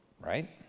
Right